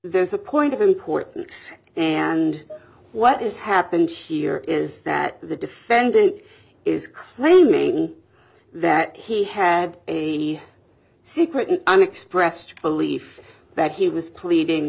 there's a point of importance and what is happened here is that the defendant is claiming that he had a secret and unexpressed belief that he was pleading